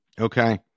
Okay